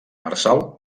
marçal